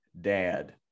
dad